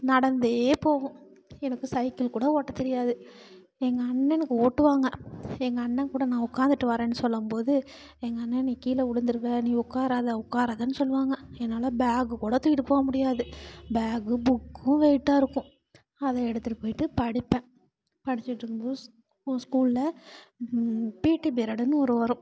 நடந்தே போவோம் எனக்கு சைக்கிள் கூட ஓட்டத் தெரியாது எங்கள் அண்ணனுக்கு ஓட்டுவாங்க எங்கள் அண்ணன் கூட நான் உட்காந்துட்டு வரேன்னு சொல்லும் போது எங்கள் அண்ணன் நீ கீழே விளுந்துடுவே நீ உட்காராத உட்காராதன்னு சொல்லுவாங்க என்னால் பேக்கு கூட தூக்கிகிட்டு போக முடியாது பேகு புக்கும் வெயிட்டாக இருக்கும் அதை எடுத்துகிட்டு போயிட்டு படிப்பேன் படிச்சுட்டுருக்கும் போது ஸ்கூலில் பீட்டி பீரியடுன்னு ஒரு வரும்